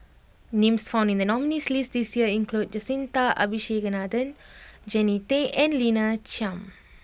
names found in the nominees' list this year include Jacintha Abisheganaden Jannie Tay and Lina Chiam